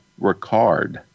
Ricard